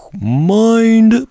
Mind